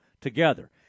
together